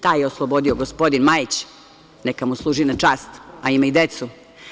Taj je oslobodio gospodin Majić, neka mu služi na čast, a ima i decu.